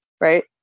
right